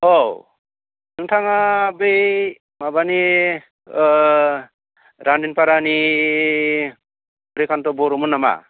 औ नोंथाङा बै माबानि रानिनफारानि रिकान्त' बर'मोन नामा